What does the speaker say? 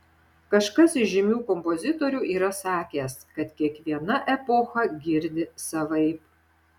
kažkas iš žymių kompozitorių yra sakęs kad kiekviena epocha girdi savaip